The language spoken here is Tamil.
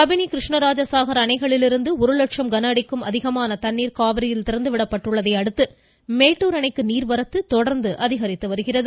கபிணி கிருஷ்ணராஜசாகர் அணைகளிலிருந்து ஒரு லட்சம் கனஅடிக்கும் அதிகமான தண்ணீர் காவிரியில் திறந்து விடப்பட்டுள்ளதையடுத்து மேட்டூர் அணைக்கு நீர்வரத்து தொடா்ந்து அதிகரித்து வருகிறது